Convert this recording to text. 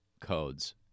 codes